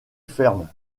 ferme